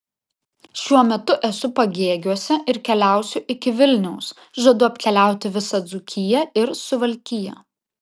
šiuo metu esu pagėgiuose ir keliausiu iki vilniaus žadu apkeliauti visą dzūkiją ir suvalkiją